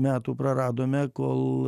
metų praradome kol